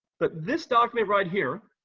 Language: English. but this document, right here,